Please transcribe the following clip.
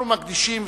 אנחנו מקדישים,